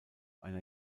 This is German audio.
einer